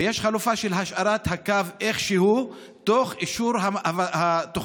ויש חלופה של השארת הקו כמו שהוא תוך אישור התוכנית.